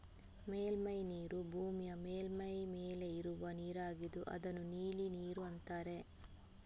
ಮೇಲ್ಮೈ ನೀರು ಭೂಮಿಯ ಮೇಲ್ಮೈ ಮೇಲೆ ಇರುವ ನೀರಾಗಿದ್ದು ಇದನ್ನ ನೀಲಿ ನೀರು ಅಂತಾರೆ